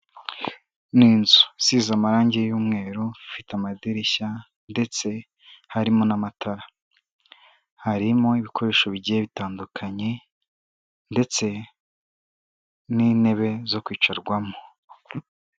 Ni inzu z'izo marange y'umweru ifite amadirishya ndetse harimo n'amatara harimo ibikoresho bigiye bitandukanye ndetse n'intebe zo kwicarwamo.